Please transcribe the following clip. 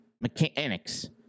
mechanics